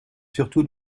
surtout